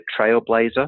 trailblazer